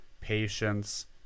patience